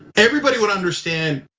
everybody would understand,